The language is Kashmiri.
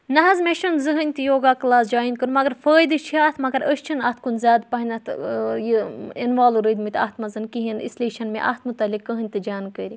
نہ حظ مےٚ چھُنہٕ زٕہٕنۍ تہِ یوگا کلاس جایِن کۆرمُت مَگر فٲیِدٕ چھُ اَتھ مگر أسۍ چھنہٕ اَتھ کُن زیادٕ پَہنتھ یہِ اِنوالٕو روٗدمٕتۍ اَتھ منٛز کِہیٖنۍ اِسلے چھنہٕ مےٚ اَتھ مُتعلِق کٕہٕنۍ تہِ جانٛکٲری